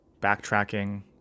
backtracking